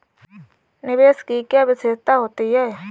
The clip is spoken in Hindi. निवेश की क्या विशेषता होती है?